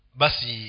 basi